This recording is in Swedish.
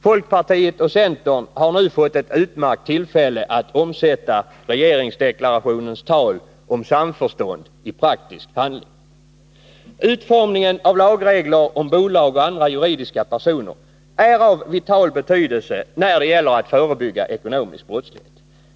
Folkpartiet och centern har nu fått ett utmärkt tillfälle att omsätta regeringsdeklarationens tal om samförstånd i praktisk handling. Utformningen av lagregler om bolag och andra juridiska personer är av vital betydelse när det gäller att förebygga ekonomisk brottslighet.